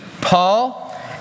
Paul